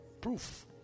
proof